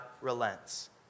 relents